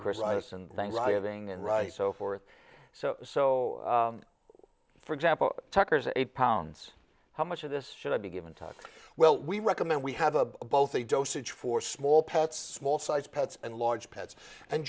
christmas and thanksgiving and right so forth so so for example tucker's eight pounds how much of this should i be given talk well we recommend we have a both a dosage for small pets small sized pets and large pets and